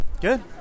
Good